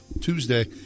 Tuesday